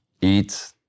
eat